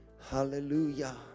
Hallelujah